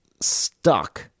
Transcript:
stuck